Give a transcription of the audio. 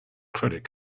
credit